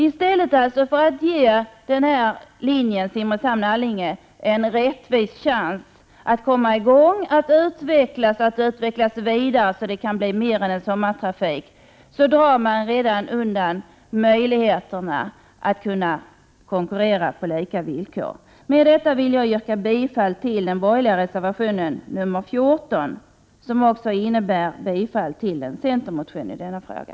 I stället för att ge linjen Simrishamn-Allinge en rättvis chans att komma i gång och utvecklas vidare, så att det kan bli mer än sommartrafik, drar utskottsmajoriteten undan möjligheterna för den att konkurrera på lika villkor. Med detta vill jag yrka bifall till den borgerliga reservationen nr 14, som också innebär bifall till en centermotion i denna fråga.